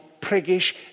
priggish